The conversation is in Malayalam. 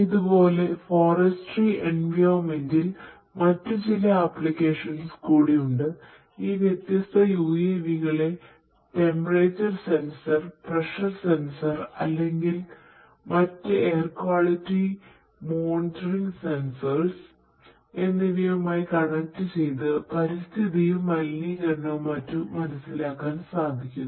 ഇതുപോലെ ഫോറെസ്റ്ററി എൻവിറോണ്മെന്റിൽ എന്നിവയുമായി കണക്ട് ചെയ്ത് പരിസ്ഥിതിയും മലിനീകരണവും മറ്റും മനസ്സിലാക്കാൻ സാധിക്കുന്നു